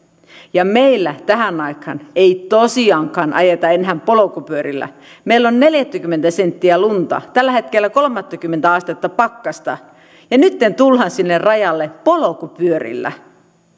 ja meillä tähän aikaan ei tosiaankaan ajeta enää polkupyörillä meillä on neljäkymmentä senttiä lunta tällä hetkellä kolmattakymmentä astetta pakkasta ja nytten tullaan sinne rajalle polkupyörillä